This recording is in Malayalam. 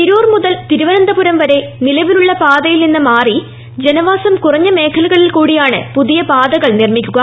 തിരൂർ മുതൽ തിരുവനന്തപുരം വരെ നിലവിലുള്ള പാതയിൽ നിന്ന് മാറി ജനവാസം കുറഞ്ഞ മേഖലകളിൽ കൂടിയാണ് പുതിയ പാതകൾ നിർമിക്കുക